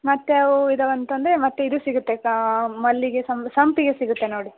ಮತ್ತು ಯಾವ ಹೂವ ಇದ್ದಾವೆ ಅಂತ ಅಂದರೆ ಮತ್ತು ಇದು ಸಿಗುತ್ತೆ ಕಾ ಮಲ್ಲಿಗೆ ಸಂಪಿಗೆ ಸಿಗುತ್ತೆ ನೋಡಿ